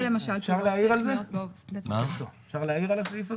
אפשר להעיר על הסעיף הזה?